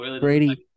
Brady